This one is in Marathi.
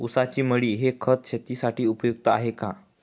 ऊसाची मळी हे खत शेतीसाठी उपयुक्त आहे का?